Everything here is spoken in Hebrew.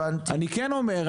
אני כן אומר,